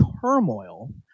turmoil